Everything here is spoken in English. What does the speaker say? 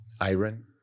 Iron